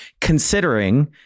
considering